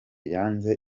yanze